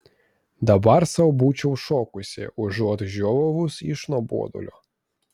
dabar sau būčiau šokusi užuot žiovavus iš nuobodulio